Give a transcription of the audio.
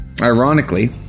Ironically